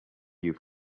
you